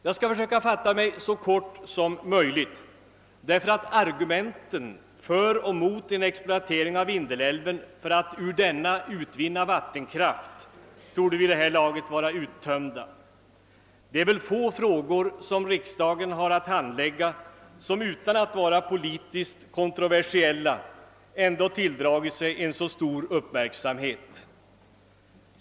Jag skall försöka fatta mig så kort som möjligt, ty argumenten för och mot en exploatering av Vindelälven för att ur denna utvinna vattenkraft torde vid det här laget vara uttömda. Det är väl få av de frågor riksdagen haft att handlägga som utan att vara politiskt kontroversiella ändå tilldragit sig så stor uppmärksamhet.